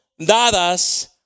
dadas